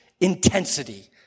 intensity